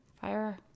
fire